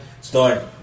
start